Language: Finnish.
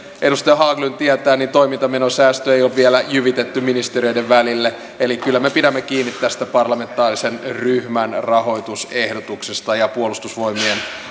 edustaja haglund tietää niin toimintamenosäästöjä ei ole vielä jyvitetty ministeriöiden välille eli kyllä me pidämme kiinni tästä parlamentaarisen ryhmän rahoitusehdotuksesta ja puolustusvoimien